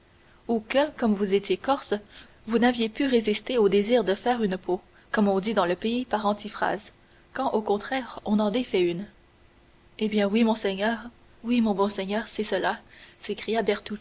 comme vous étiez corse vous n'aviez pu résister au désir de faire une peau comme on dit dans le pays par antiphrase quand au contraire on en défait une eh bien oui monseigneur oui mon bon seigneur c'est cela s'écria